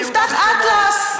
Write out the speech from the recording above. תפתח אטלס.